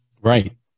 Right